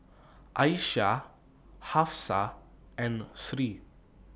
Aisyah Hafsa and Sri